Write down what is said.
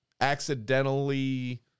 accidentally